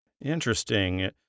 Interesting